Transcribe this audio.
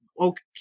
okay